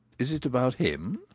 is it about him?